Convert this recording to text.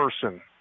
person